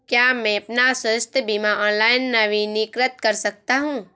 क्या मैं अपना स्वास्थ्य बीमा ऑनलाइन नवीनीकृत कर सकता हूँ?